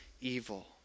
evil